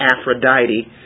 Aphrodite